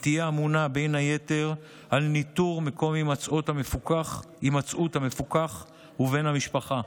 ותהיה אמונה בין היתר על ניטור מקום הימצאות המפוקח ובן המשפחה,